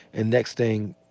and next thing,